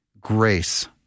Grace